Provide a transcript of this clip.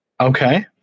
okay